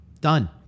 Done